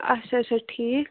اچھا اچھا ٹھیٖک